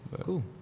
Cool